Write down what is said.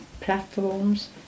platforms